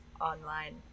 online